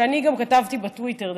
שגם כתבתי בטוויטר,